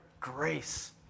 grace